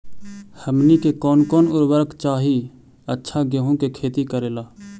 हमनी के कौन कौन उर्वरक चाही अच्छा गेंहू के खेती करेला?